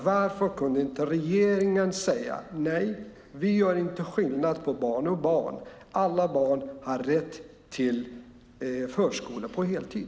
Varför kan inte regeringen säga nej, vi gör inte skillnad på barn och barn, alla barn har rätt till förskola på heltid?